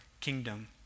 kingdom